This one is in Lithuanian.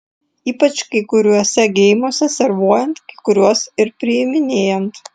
ypač kai kuriuose geimuose servuojant kai kuriuos ir priiminėjant